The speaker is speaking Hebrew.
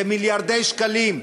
זה מיליארדי שקלים.